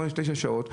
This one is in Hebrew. שמונה-תשע שעות,